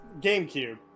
GameCube